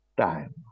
time